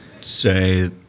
say